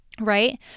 right